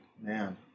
Man